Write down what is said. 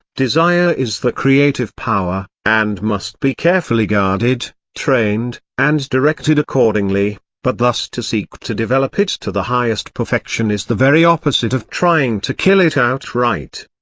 desire is the creative power, and must be carefully guarded, trained, and directed accordingly but thus to seek to develop it to the highest perfection is the very opposite of trying to kill it outright.